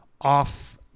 off